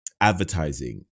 advertising